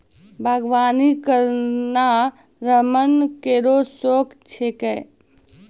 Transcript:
बागबानी करना रमन केरो शौक छिकै